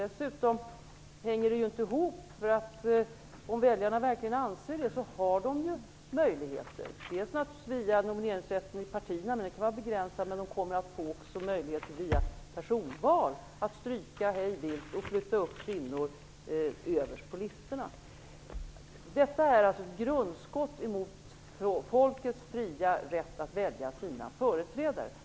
Dessutom hänger det inte ihop, för om väljarna verkligen vill ha jämställdhet har de ju möjligheter till detta, bl.a. via möjligheten med nomineringsrätten i partierna. Den kan ju vara begränsad, men väljarna kommer att få ytterligare en möjlighet genom att via personval hej vilt stryka namn och flytta upp kvinnor överst på listorna. Detta är alltså grundskott mot folkets fria rätt att välja sina företrädare.